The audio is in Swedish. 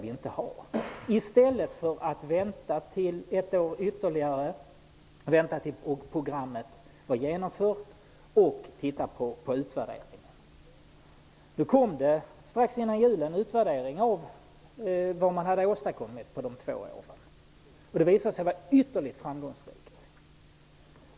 I stället för att vänta tills programmet är genomfört och studera utvärderingen, förklarar regeringen att vi inte skall ha den typen av verksamhet. Strax före jul kom en utvärdering av vad man hade åstadkommit under de gångna två åren. Det visade sig att man hade varit ytterligt framgångsrik.